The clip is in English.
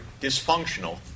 dysfunctional